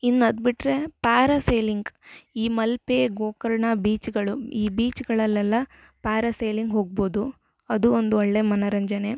ಇನು ಅದು ಬಿಟ್ಟರೆ ಪ್ಯಾರಸೀಲಿಂಗ್ ಈ ಮಲ್ಪೆ ಗೋಕರ್ಣ ಬೀಚ್ಗಳು ಈ ಬೀಚ್ಗಳಲ್ಲೆಲ್ಲ ಪ್ಯಾರಸೀಲಿಂಗ್ ಹೋಗ್ಬೊದು ಅದು ಒಂದು ಒಳ್ಳೆಯ ಮನರಂಜನೆ